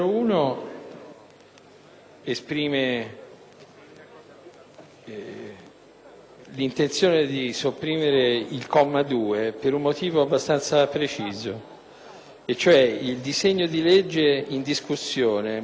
l'intenzione di sopprimere il comma 2 per un motivo abbastanza preciso. Il disegno di legge in discussione vuole introdurre una riforma organica del finanziamento di Regioni ed enti locali